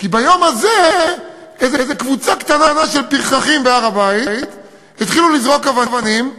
כי ביום הזה איזה קבוצה קטנה של פרחחים התחילו לזרוק אבנים בהר-הבית,